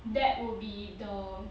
that would be the